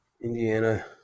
Indiana